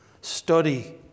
Study